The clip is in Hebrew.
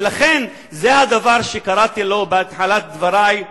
ולכן, זה הדבר שקראתי לו בהתחלת דברי: